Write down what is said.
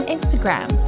Instagram